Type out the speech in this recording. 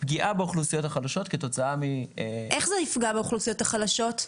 פגיעה באוכלוסיות החלשות כתוצאה --- איך זה יפגע באוכלוסיות החלשות?